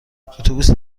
اتوبوسی